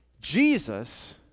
Jesus